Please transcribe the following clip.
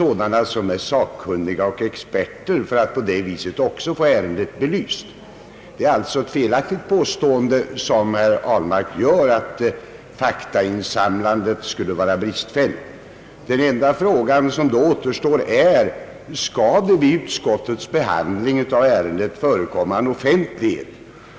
olika sakkunniga och experter för att få ytterligare belysning. Det är alltså ett felaktigt påstående herr Ahlmark gör när han säger att faktainsamlandet skulle vara bristfälligt. Den enda fråga som då återstår är: Skall vid utskottsbehandlingen av ärendena förekomma offentlighet?